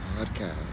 Podcast